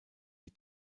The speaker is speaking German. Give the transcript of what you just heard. die